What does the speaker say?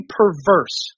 perverse